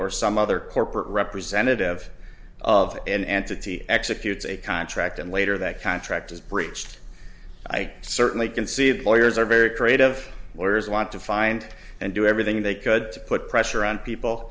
or some other corporate representative of an answer executes a contract and later that contract is breached i certainly can see that lawyers are very creative lawyers want to find and do everything they could to put pressure on people